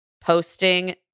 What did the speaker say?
posting